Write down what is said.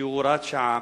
שהוא הוראת שעה,